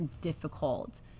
difficult